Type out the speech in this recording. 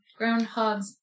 groundhogs